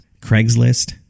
Craigslist